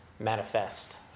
manifest